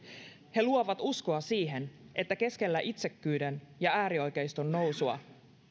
he luovat uskoa siihen että keskellä itsekkyyden ja äärioikeiston nousua